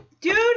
Dude